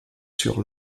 sur